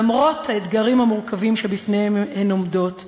למרות האתגרים המורכבים שבפניהם הן עומדות,